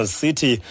city